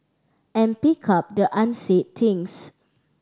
and pick up the unsaid things